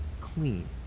clean